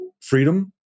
freedom